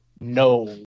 No